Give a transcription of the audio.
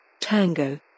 Tango